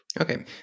Okay